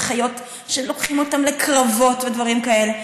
וחיות שלוקחים אותן לקרבות ודברים כאלה.